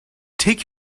take